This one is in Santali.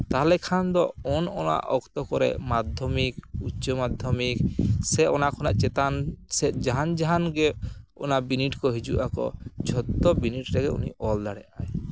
ᱛᱟᱦᱚᱞᱮ ᱠᱷᱟᱱ ᱫᱚ ᱚᱱ ᱚᱱᱟ ᱚᱠᱛᱚ ᱠᱚᱨᱮ ᱢᱟᱫᱽᱫᱷᱚᱢᱤᱠ ᱩᱪᱪᱚ ᱢᱟᱫᱽᱫᱷᱚᱢᱤᱠ ᱥᱮ ᱚᱱᱟ ᱠᱷᱚᱱᱟᱜ ᱪᱮᱛᱟᱱ ᱥᱮᱫ ᱡᱟᱦᱟᱱ ᱡᱟᱦᱟᱱ ᱜᱮ ᱚᱱᱟ ᱵᱤᱱᱤᱰ ᱠᱚ ᱦᱤᱡᱩᱜᱼᱟ ᱚᱱᱟᱠᱚ ᱡᱷᱚᱛᱚ ᱵᱤᱱᱤᱰ ᱨᱮᱜᱮ ᱩᱱᱤ ᱚᱞ ᱫᱟᱲᱮᱜ ᱟᱭ